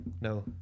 no